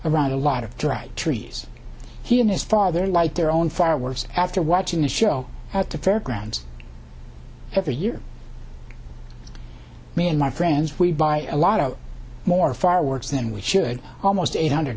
around a lot of dry trees he and his father like their own far worse after watching the show at the fairgrounds every year me and my friends we buy a lot more fireworks than we should almost eight hundred